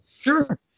sure